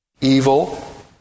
Evil